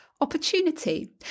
opportunity